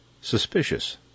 suspicious